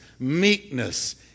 meekness